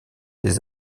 des